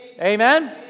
Amen